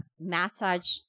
Massage